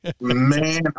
Man